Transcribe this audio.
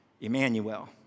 Emmanuel